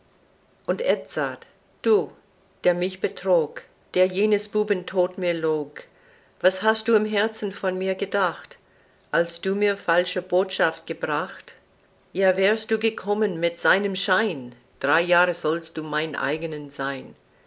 und edzard du der mich betrog der jenes buben tod mir log was hast du im herzen von mir gedacht als du mir falsche botschaft gebracht ja wärst du gekommen mit seinem schein drei jahre sollst du mein eigen sein